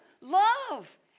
Love